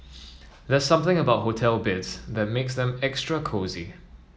there's something about hotel beds that makes them extra cosy